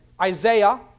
Isaiah